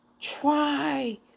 Try